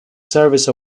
service